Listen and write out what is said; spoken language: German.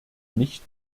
nicht